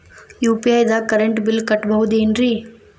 UPI ದಾಗ current bill ಕಟ್ಟಬಹುದೇನ್ರಿ?